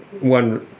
one